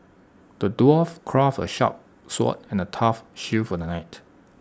the dwarf crafted A sharp sword and A tough shield for the knight